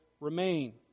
remain